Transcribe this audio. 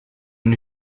een